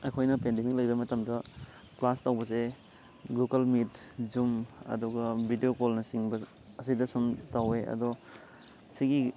ꯑꯩꯈꯣꯏꯅ ꯄꯦꯟꯗꯤꯡ ꯂꯩꯕ ꯃꯇꯝꯗ ꯀ꯭ꯂꯥꯁ ꯇꯧꯕꯁꯦ ꯒꯨꯒꯜ ꯃꯤꯠ ꯖꯨꯝ ꯑꯗꯨꯒ ꯕꯤꯗꯤꯑꯣ ꯀꯣꯜꯅꯆꯤꯡꯕ ꯑꯁꯤꯗ ꯁꯨꯝ ꯇꯧꯋꯦ ꯑꯗꯣ ꯁꯤꯒꯤ